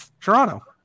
Toronto